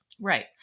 Right